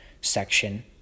section